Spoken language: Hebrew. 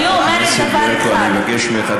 חברת הכנסת ברקו, אני מבקש ממך.